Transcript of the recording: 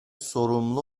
sorumlu